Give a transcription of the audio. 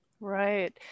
Right